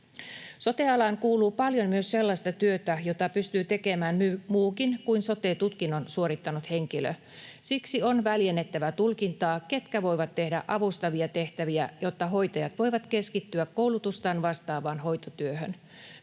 Sote-alaan kuuluu paljon myös sellaista työtä, jota pystyy tekemään muukin kuin sote-tutkinnon suorittanut henkilö. Siksi on väljennettävä tulkintaa, ketkä voivat tehdä avustavia tehtäviä, jotta hoitajat voivat keskittyä koulutustaan vastaavaan hoitotyöhön.